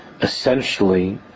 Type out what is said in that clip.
essentially